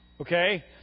Okay